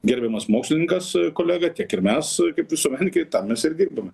gerbiamas mokslininkas kolega tiek ir mes kaip visuomenininkai tam mes ir dirbame